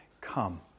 Come